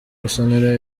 musonera